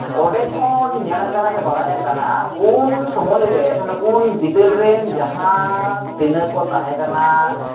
ᱚᱸᱰᱮᱠᱷᱚᱱ ᱧᱮᱞ ᱠᱟᱱᱟ ᱥᱮ ᱵᱟᱲᱟᱭ ᱠᱟᱱᱟ ᱩᱱ ᱥᱚᱢᱚᱭ ᱨᱮ ᱢᱟᱱᱮ ᱩᱱ ᱵᱤᱫᱟᱹᱞ ᱨᱮᱱ ᱡᱟᱦᱟᱸ ᱛᱤᱱᱟᱜ ᱠᱚ ᱛᱟᱦᱮᱸ ᱠᱟᱱᱟ